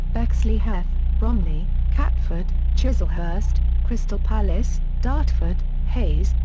bexleyheath, bromley, catford, chislehurst, crystal palace, dartford, hayes,